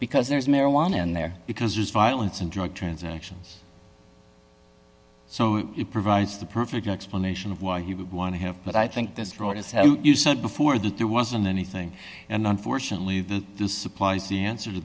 because there's marijuana in there because there's violence and drug transactions so it provides the perfect explanation of why he would want to have but i think that's fraud as you said before that there wasn't anything and unfortunately that the supplies the answer to